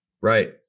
Right